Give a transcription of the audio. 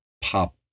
pop